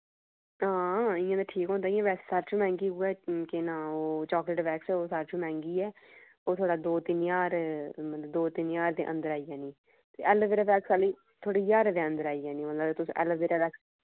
हां इ'यां ते ठीक होंदा इयां वैक्सिंग सबतू मैंह्गी उ'यै केह् नांऽ ओह् चॉकलेट वैक्स ओह् सारे तू मैंह्गी ऐ ओह् थोह्ड़ा दो तिन ज्हार दो तिन ज्हार दे अंदर होई जानी ते ऐलोवेरा वैक्स आह्ली ओह् थुआढ़ी ज्हारै दे अंदर आई जानी मतलब तुस ऐलोवेरा वैक्स